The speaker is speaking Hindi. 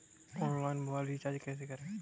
ऑनलाइन मोबाइल रिचार्ज कैसे करें?